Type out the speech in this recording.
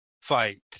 fight